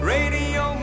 Radio